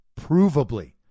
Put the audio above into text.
provably